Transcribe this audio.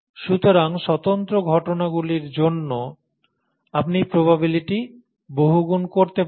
সুতরাং স্বতন্ত্র ঘটনাগুলির জন্য আপনি প্রবাবিলিটি বহুগুণ করতে পারেন